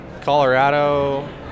Colorado